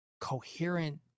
coherent